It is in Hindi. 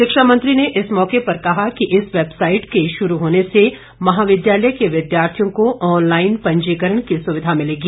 शिक्षा मंत्री ने इस मौके पर कहा कि इस वैबसाईट के शुरू होने से महाविद्यालय के विद्यार्थियों को ऑनलाईन पंजीकरण की सुविधा मिलेगी